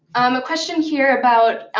um a question here about